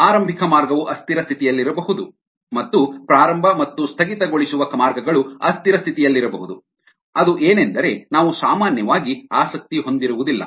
ಆರಂಭಿಕ ಮಾರ್ಗವು ಅಸ್ಥಿರ ಸ್ಥಿತಿಯಲ್ಲಿರಬಹುದು ಮತ್ತು ಪ್ರಾರಂಭ ಮತ್ತು ಸ್ಥಗಿತಗೊಳಿಸುವ ಮಾರ್ಗಗಳು ಅಸ್ಥಿರ ಸ್ಥಿತಿಯಲ್ಲಿರಬಹುದು ಅದು ಏನೆಂದರೆ ನಾವು ಸಾಮಾನ್ಯವಾಗಿ ಆಸಕ್ತಿ ಹೊಂದಿರುವುದಿಲ್ಲ